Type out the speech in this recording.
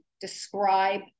describe